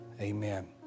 amen